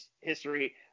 history